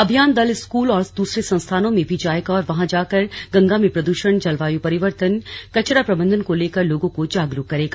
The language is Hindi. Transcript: अभियान दल स्कूल और दूसरे संस्थानों में भी जाएगा और वहां गंगा में प्रद्षण जलवाय परिवर्तन कचरा प्रबंधन को लेकर लोगों को जागरुक करेगा